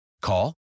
Call